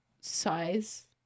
size